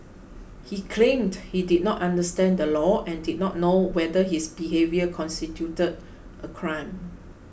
he claimed he did not understand the law and did not know whether his behaviour constituted a crime